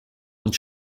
und